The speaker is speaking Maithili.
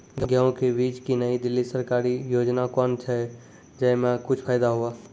गेहूँ के बीज की नई दिल्ली सरकारी योजना कोन छ जय मां कुछ फायदा हुआ?